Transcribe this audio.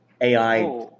AI